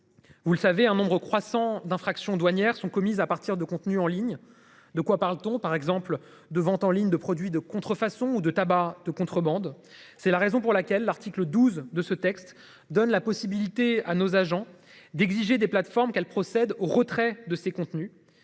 Vous le savez, un nombre croissant d'infractions douanières sont commises à partir de contenus en ligne. De quoi parle-t-on par exemple de vente en ligne de produits de contrefaçon ou de tabac de contrebande. C'est la raison pour laquelle l'article 12 de ce texte donne la possibilité à nos agents d'exiger des plateformes qu'elle procède au retrait de ces contenus